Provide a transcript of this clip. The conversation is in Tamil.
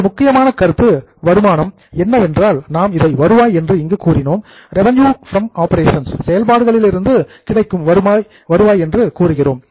ஒரு முக்கியமான கருத்து வருமானம் ஏனென்றால் நாம் இதை வருவாய் என்று இங்கு கூறினோம் ரெவின்யூ ஃப்ரம் ஆபரேஷன்ஸ் செயல்பாடுகளிலிருந்து கிடைக்கும் வருவாய் என்று கூறினோம்